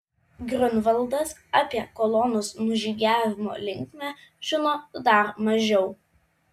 griunvaldas apie kolonos nužygiavimo linkmę žino dar mažiau